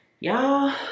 Y'all